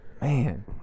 Man